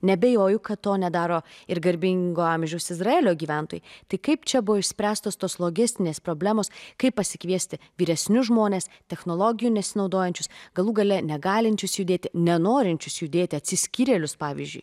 neabejoju kad to nedaro ir garbingo amžiaus izraelio gyventojai tai kaip čia buvo išspręstos tos logistinės problemos kaip pasikviesti vyresnius žmones technologijų nesinaudojančius galų gale negalinčius judėti nenorinčius judėti atsiskyrėlius pavyzdžiui